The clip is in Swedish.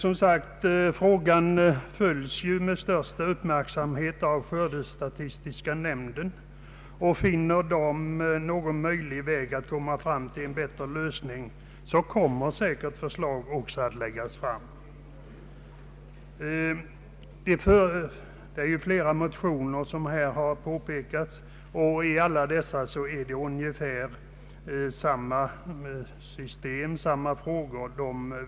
Frågan följs dock, som redan sagts, med största uppmärksamhet av skördestatistiska nämnden, och finner nämnden någon möjlighet att komma fram till en bättre lösning, så kommer säkerligen också förslag att läggas fram. Här föreligger ju — som redan påpekats — flera motioner, och i alla dessa tas ungefär samma frågor upp.